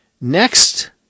Next